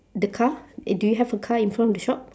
the car uh do you have a car in front of the shop